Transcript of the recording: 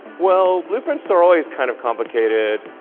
well, blueprints are always kind of complicated,